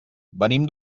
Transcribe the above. venim